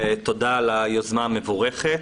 תודה על היוזמה המבורכת.